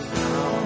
now